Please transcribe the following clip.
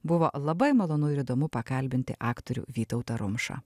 buvo labai malonu ir įdomu pakalbinti aktorių vytautą rumšą